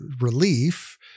relief